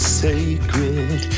sacred